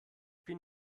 bin